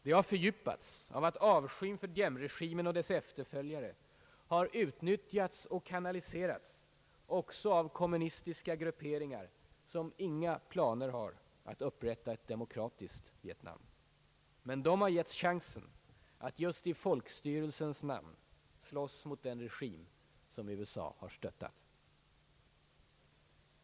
Det har fördjupats av att avskyn för Diemregimen och dess efterföljare utnyttjats och kanaliserats också av kommunistiska grupperingar, som inga planer har att upprätta ett demokratiskt Vietnam. Men de har getts chansen att just i folkstyrelsens namn slåss mot den regim som USA har stöttat.